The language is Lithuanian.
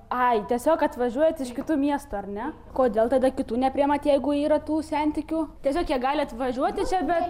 ai tiesiog atvažiuojat iš kitų miestų ar ne kodėl tada kitų nepriimat jeigu yra tų sentikių tiesiog jie gali atvažiuoti čia bet